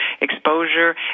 exposure